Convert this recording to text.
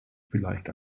vielleicht